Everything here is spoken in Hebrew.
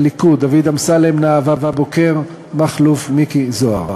הליכוד, דוד אמסלם, נאוה בוקר, מכלוף מיקי זוהר,